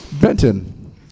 benton